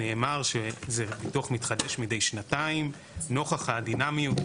נאמר שזה ביטוח מתחדש מידי שנתיים נוכח הדינמיות.